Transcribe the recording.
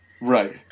Right